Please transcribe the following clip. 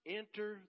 enter